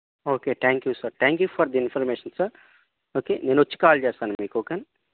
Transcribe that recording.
okay thank you sir thank you for the information sir okay నేనొచ్చి call చేస్తాను మీకు ఓకేనా